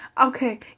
okay